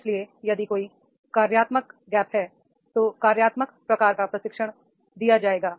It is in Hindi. इसलिए यदि कोई कार्यात्मक गैप है तो कार्यात्मक प्रकार का प्रशिक्षण दिया जाएगा